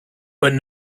but